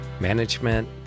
management